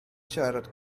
siarad